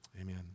Amen